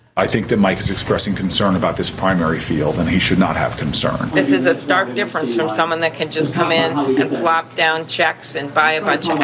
i think that mike expressing concern about this primary field and he should not have concern this is a stark difference from someone that can just come in and plop down checks and buy a bunch of